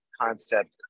concept